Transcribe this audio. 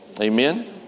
Amen